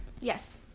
Yes